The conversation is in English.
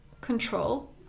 control